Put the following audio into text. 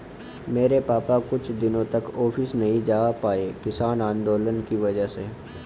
मेरे पापा कुछ दिनों तक ऑफिस नहीं जा पाए किसान आंदोलन की वजह से